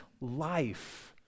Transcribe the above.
life